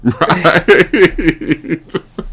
Right